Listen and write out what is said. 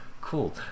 Cool